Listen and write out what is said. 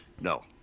No